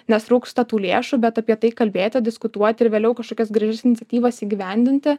nes trūksta tų lėšų bet apie tai kalbėti diskutuoti ir vėliau kažkokias gražias iniciatyvas įgyvendinti